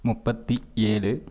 முப்பத்து ஏழு